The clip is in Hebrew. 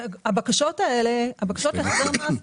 הבקשות האלה להחזר מס,